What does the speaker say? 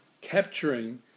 capturing